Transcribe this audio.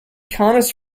kaunas